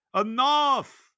Enough